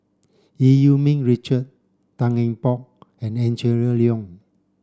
Eu Yee Ming Richard Tan Eng Bock and Angela Liong